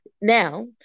Now